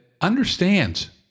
understands